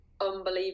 unbelievable